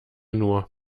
nur